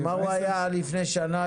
ומה הוא היה עד לפני שנה,